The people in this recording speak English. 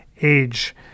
age